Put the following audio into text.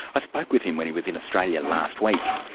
i spoke with him when he was in australia last week.